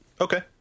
Okay